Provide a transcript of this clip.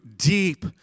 Deep